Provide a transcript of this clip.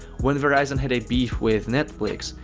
when verizon had a beef with netflix,